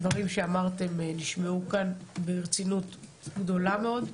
הדברים שאמרתם נשמעו כאן ברצינות גדולה מאוד.